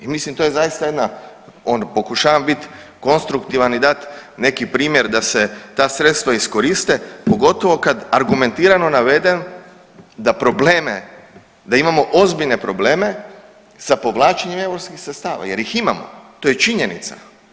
I mislim to je zaista jedna ono pokušavam bit konstruktivan i dat neki primjer da se ta sredstva iskoriste pogotovo kad argumentirano navedem da probleme, da imamo ozbiljne probleme sa povlačenjem europskih sredstava jer ih imamo, to je činjenica.